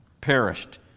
perished